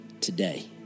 Today